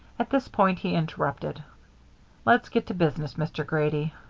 at this point he interrupted let's get to business, mr. grady.